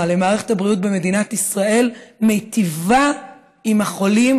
למערכת הבריאות במדינת ישראל מיטיב עם החולים,